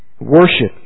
Worship